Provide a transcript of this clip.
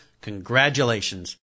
congratulations